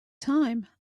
time